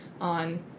on